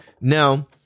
Now